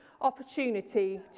opportunity